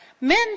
men